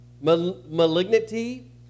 malignity